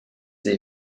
sie